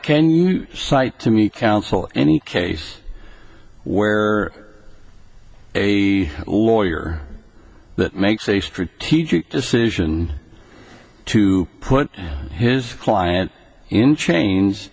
cite to me counsel any case where a lawyer that makes a strategic decision to put his client in chains